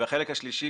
החלק השלישי,